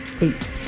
Eight